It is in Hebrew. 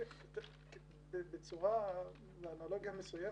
באנלוגיה מסוימת,